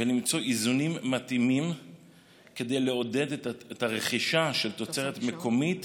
ולמצוא איזונים מתאימים כדי לעודד את הרכישה של תוצרת מקומית